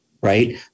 right